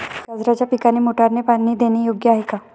गाजराच्या पिकाला मोटारने पाणी देणे योग्य आहे का?